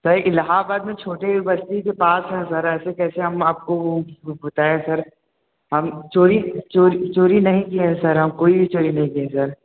sir Allahabad में छोटी बस्ती के पास हैं सर ऐसे कैसे हम आपको बताएँ सर हम चोरी चोरी चोरी नहीं किए हैं सर हम कोई भी चोरी नहीं किए हैं सर